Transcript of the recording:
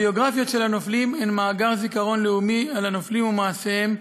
הביוגרפיות של הנופלים הן מאגר זיכרון לאומי על הנופלים ומעשיהם,